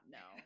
no